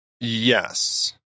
Yes